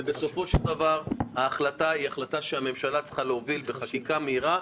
ובסופו של דבר ההחלטה היא החלטה שהממשלה צריכה להוביל בחקיקה מהירה.